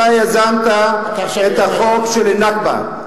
אתה יזמת את החוק של ה"נכבה",